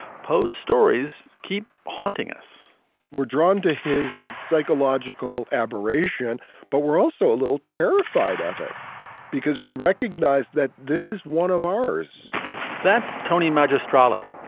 poe's stories keep haunting us we're drawn to his psychological aberration but we're also a little terrified of it because we recognize that this is one of ours that's tony maggio strongly.